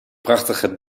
prachtige